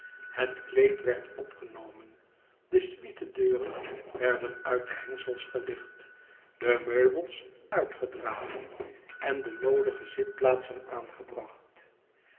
het kleed werd opgenomen de suite deuren werden uit de hengsels gelicht de meubels uitgedragen en de noodig zitplaatsen aangebracht